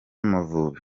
amavubi